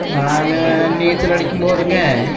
நாங்கள் நீச்சல் அடிக்கும் போதுங்க